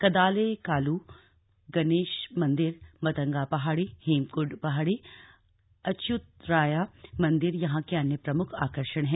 कदालेकालु गणेश मंदिर मतंगा पहाड़ी हेमकुट पहाड़ी अच्युतराया मंदिर यहां के अन्य प्रमुख आकर्षण हैं